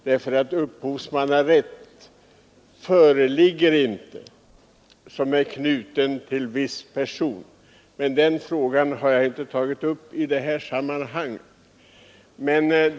Det föreligger nämligen inte upphovsrätt som är knuten till viss person, men den frågan har jag inte tagit upp i det här sammanhanget.